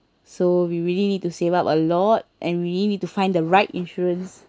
so we really need to save up a lot and we really need to find the right insurance